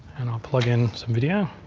and i'll plug in some video.